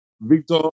Victor